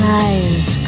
eyes